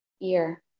ear